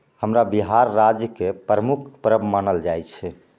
हमरा बिहार राज्यके प्रमुख पर्व मानल जाइ छै